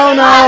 no